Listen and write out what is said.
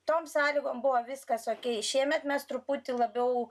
tom sąlygom buvo viskas o šiemet mes truputį labiau